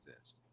exist